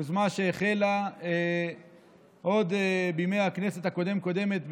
יוזמה שהחלה עוד בימי הכנסת הקודמת קודמת,